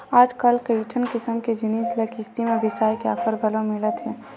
आजकल कइठन किसम के जिनिस ल किस्ती म बिसाए के ऑफर घलो मिलत हे